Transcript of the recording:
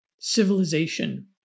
civilization